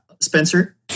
Spencer